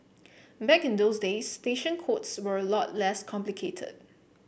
back in those days station codes were a lot less complicated